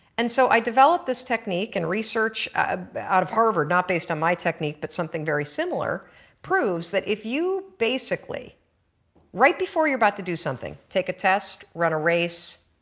and so i developed this technique and research out of harvard not based on my technique but something very similar proofs that if you basically right before you are about to do something take a test, run a race,